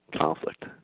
conflict